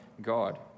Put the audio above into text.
God